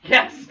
Yes